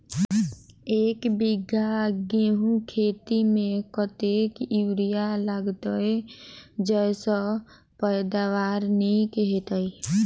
एक बीघा गेंहूँ खेती मे कतेक यूरिया लागतै जयसँ पैदावार नीक हेतइ?